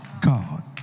God